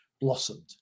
blossomed